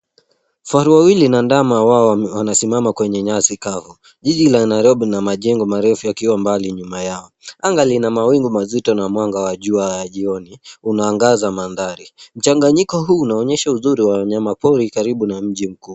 Faru wawili na ndama hawa wanasimama kwenye nyasi kavu jiji la Nairobi na majengo marefu yakiwa mbali nyuma yao. Anga lina mawingu mazito na mwanga wa jua ya jioni unaangaza mandhari. Mchanganyiko huu unaonyesha uzuri wa wanyamapori karibu na mji mkuu.